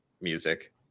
music